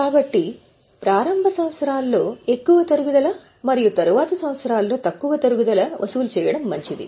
కాబట్టి ప్రారంభ సంవత్సరాల్లో ఎక్కువ తరుగుదల మరియు తరువాతి సంవత్సరాల్లో తక్కువ తరుగుదల వసూలు చేయడం మంచిది